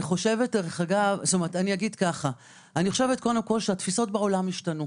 אני חושבת קודם כל שהתפיסות בעולם השתנו.